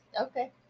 okay